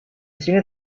sini